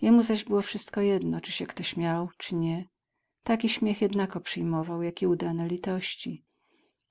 jemu zaś było wszystko jedno czy się kto śmiał czy nie tak śmiech jednako przyjmował jak i udane litości